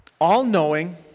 all-knowing